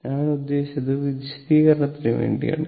ഞാൻ ഉദ്ദേശിച്ചത് വിശദീകരണത്തിന് വേണ്ടിയാണ്